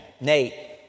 Nate